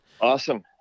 Awesome